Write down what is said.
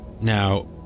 Now